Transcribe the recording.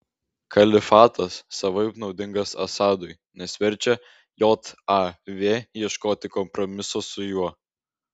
kalifatas savaip naudingas assadui nes verčia jav ieškoti kompromiso su juo